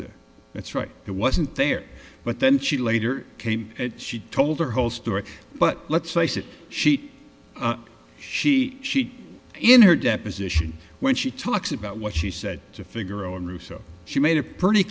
that's right it wasn't there but then she later came and she told her whole story but let's face it she she she in her deposition when she talks about what she said to figure on rousseau she made a pretty